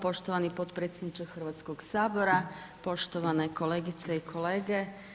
Poštovani potpredsjedniče Hrvatskog sabora, poštovane kolegice i kolege.